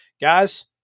guys